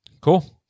Cool